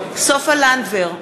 סופה לנדבר,